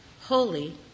holy